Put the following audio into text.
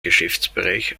geschäftsbereich